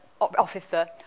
officer